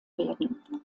werden